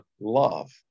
love